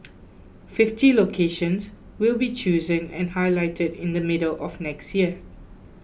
fifty locations will be chosen and highlighted in the middle of next year